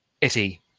Itty